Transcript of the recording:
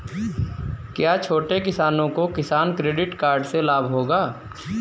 क्या छोटे किसानों को किसान क्रेडिट कार्ड से लाभ होगा?